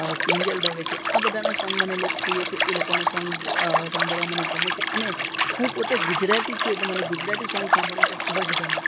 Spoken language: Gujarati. કિંજલ દવે છે આ બધા ના સોંગ મને લોકપ્રિય છે એ લોકોના સોંગ સાંભળવા મને ગમે છે અને હું પોતે ગુજરાતી છું એટલે મને ગુજરાતી સોંગ સાંભળવું તો ખૂબ જ ગમે